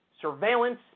surveillance